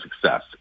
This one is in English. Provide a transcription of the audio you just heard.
success